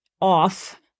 off-